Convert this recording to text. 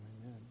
amen